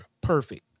Perfect